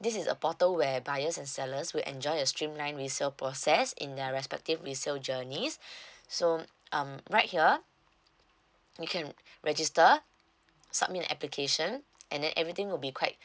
this is a portal where buyers and sellers will enjoy the streamline the resale process in their respective resale journeys so um right here you can register submit an applications and then everything will be quite